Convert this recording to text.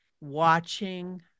watching